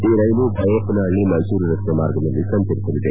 ಈ ರೈಲು ಬೈಯಪ್ಪನಹಳ್ಳಿ ಮೈಸೂರು ರಸ್ತೆ ಮಾರ್ಗದಲ್ಲಿ ಸಂಚರಿಸಲಿದೆ